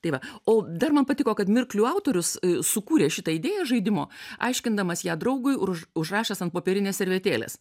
tai va o dar man patiko kad mirklių autorius sukūrė šitą idėją žaidimo aiškindamas ją draugui ir už užrašęs ant popierinės servetėlės